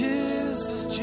Jesus